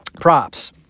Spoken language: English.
Props